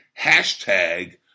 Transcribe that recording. Hashtag